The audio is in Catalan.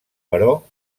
però